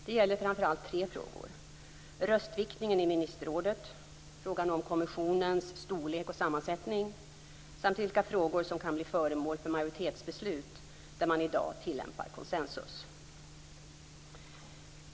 Det gäller framför allt tre frågor: röstviktningen i ministerrådet, frågan om kommissionens storlek och sammansättning samt vilka frågor som kan bli föremål för majoritetsbeslut där man i dag tillämpar konsensus.